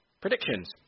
predictions